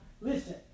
Listen